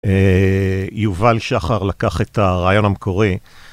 יובל שחר לקח את הרעיון המקורי.